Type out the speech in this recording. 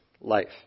life